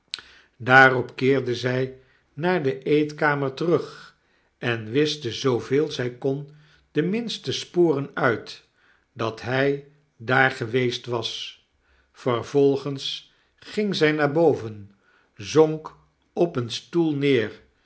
daarop keerde zij naar de eetkamer terug en wischte zooveel zy kon de minste sporen uit dat hy daar geweest was vervolgens ging zy naar boven zonk op een stoel neer